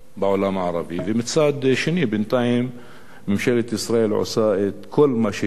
ומצד שני בינתיים ממשלת ישראל עושה את כל מה שהיא יכולה